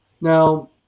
now